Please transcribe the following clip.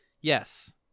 Yes